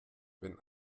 wenn